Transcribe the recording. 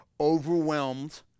overwhelmed